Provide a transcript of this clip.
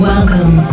Welcome